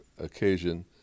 occasion